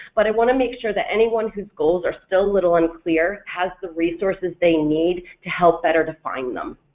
but i want to make sure that anyone whose goals are still little unclear has the resources they need to help better define them.